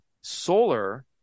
solar